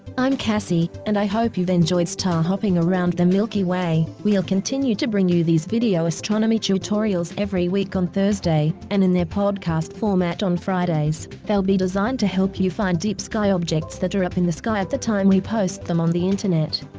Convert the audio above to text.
i'm cassie, and i hope you've enjoyed star hopping around the milky way. we'll continue to bring you these video astronomy tutorials every week on thursday, and in their podcast format on fridays. they will be designed to help you find deep sky objects that are up in the sky at the time we post them on the internet.